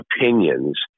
opinions